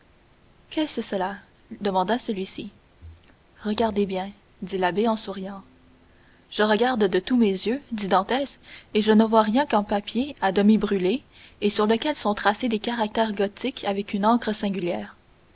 qu'est-ce cela demanda celui-ci regardez bien dit l'abbé en souriant je regarde de tous mes yeux dit dantès et je ne vois rien qu'un papier à demi brûlé et sur lequel sont tracés des caractères gothiques avec une encre singulière